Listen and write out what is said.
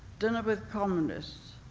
dinner with communists.